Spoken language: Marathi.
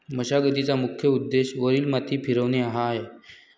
मशागतीचा मुख्य उद्देश वरील माती फिरवणे हा आहे